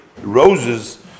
roses